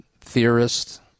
theorists